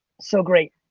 so great.